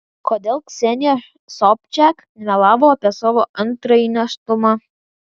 kodėl ksenija sobčiak melavo apie savo antrąjį nėštumą